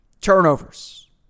Turnovers